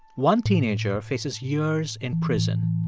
one teenager faces years in prison.